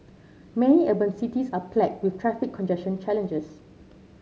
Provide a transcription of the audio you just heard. many urban cities are plagued with traffic congestion challenges